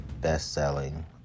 best-selling